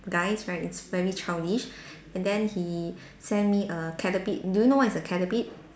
guys right is very childish and then he send me a Caterpie do you know what is a Caterpie